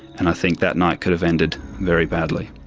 and i think that night could have ended very badly.